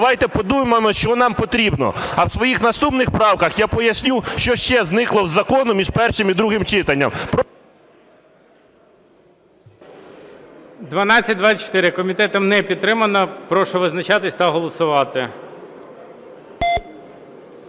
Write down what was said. давайте подумаємо, що нам потрібно? А в своїх наступних правках я поясню, що ще зникло з закону між першим і другим читанням.